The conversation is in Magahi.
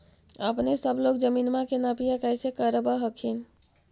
अपने सब लोग जमीनमा के नपीया कैसे करब हखिन?